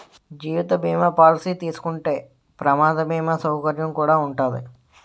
జీవిత బీమా పాలసీ తీసుకుంటే ప్రమాద బీమా సౌకర్యం కుడా ఉంటాది